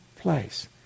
place